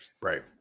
right